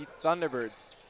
Thunderbirds